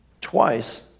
twice